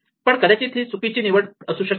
पण कदाचित ही चुकीची निवड असू शकेल